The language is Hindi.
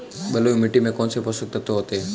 बलुई मिट्टी में कौनसे पोषक तत्व होते हैं?